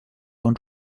und